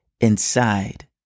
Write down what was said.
inside